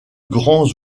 grands